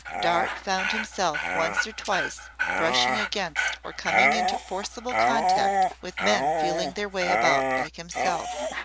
dart found himself once or twice brushing against or coming into forcible contact with men feeling their way about like himself.